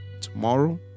tomorrow